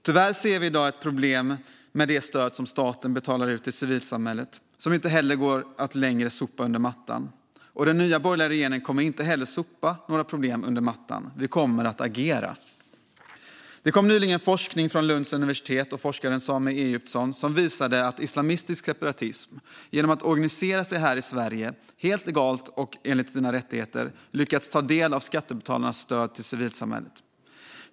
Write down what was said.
Tyvärr ser vi i dag ett problem med det stöd som staten betalar ut till civilsamhället som inte längre går att sopa under mattan. Den nya borgerliga regeringen kommer inte heller att sopa några problem under mattan, utan den kommer att agera. Det kom nyligen forskning från Lunds universitet och forskaren Sameh Egyptson som visade att islamistisk separatism genom att organisera sig här i Sverige helt legalt och enligt sina rättigheter har lyckats ta del av skattebetalarnas stöd till civilsamhället.